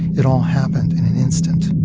it all happened in an instant.